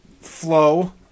flow